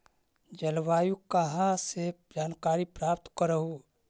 जलवायु कहा से जानकारी प्राप्त करहू?